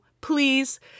Please